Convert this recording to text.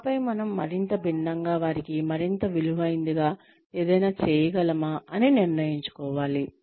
ఆపై మనం మరింత భిన్నంగా వారికిమరింత విలువైనదిగా ఏదైనా చేయగలమా అని నిర్ణయించుకోవాలి